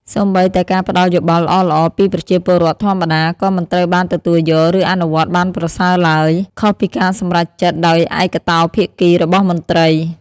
សូម្បីតែការផ្ដល់យោបល់ល្អៗពីប្រជាពលរដ្ឋធម្មតា ក៏មិនត្រូវបានទទួលយក ឬអនុវត្តបានប្រសើរឡើយ ខុសពីការសម្រេចចិត្តដោយឯកតោភាគីរបស់មន្ត្រី។